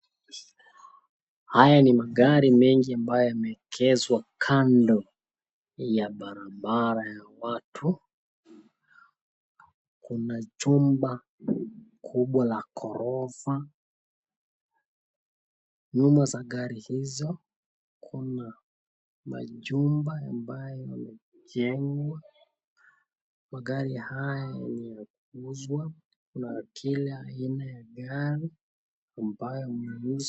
Haya ni magari mengi ambayo yameegeshwa kando ya barabara ya watu. Kuna jumba kubwa la ghorofa. Nyuma ya gari hizo kuna majumba ambayo yamejengwa magari haya ni ya kuuzwa kuna kila aina ya gari ambayo mnunuzi,,,,